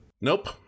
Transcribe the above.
Nope